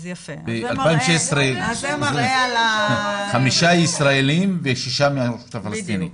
ב-2016 חמישה ישראלים ושישה מהרשות הפלסטינית.